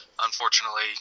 Unfortunately